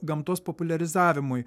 gamtos populiarizavimui